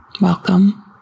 Welcome